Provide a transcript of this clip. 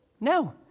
No